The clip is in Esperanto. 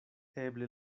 eble